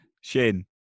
Shane